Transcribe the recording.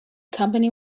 company